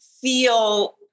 feel